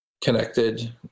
connected